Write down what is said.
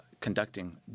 conducting